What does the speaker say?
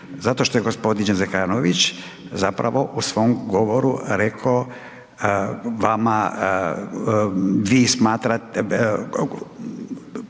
Zato što je gospodin Zekanović zapravo u svom govoru rekao vama vi smatrate,